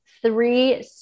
three